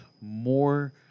more